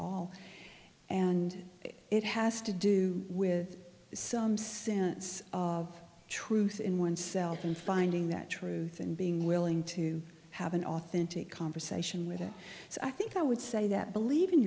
ll and it has to do with some sense of truth in oneself and finding that truth and being willing to have an authentic conversation with it so i think i would say that believe in